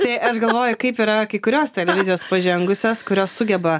tai aš galvoju kaip yra kai kurios televizijos pažengusios kurios sugeba